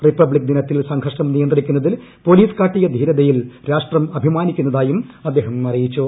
republic ദിനത്തിൽ സംഘർഷം നിയന്ത്രിക്കുന്നതിൽ പൊലീസ് കാട്ടിയ ധീരതയിൽ രാഷ്ട്രം അഭിമാനിക്കുന്നതായും അദ്ദേഹം അറിയിച്ചു